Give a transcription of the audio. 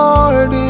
Lord